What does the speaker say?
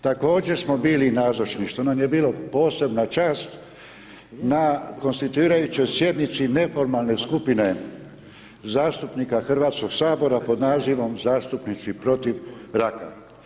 Također smo bili nazočni, što nam je bila posebna čast, na konstituirajućoj sjednici neformalne skupine zastupnika Hrvatskog sabora pod nazivom „Zastupnici protiv raka“